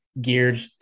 geared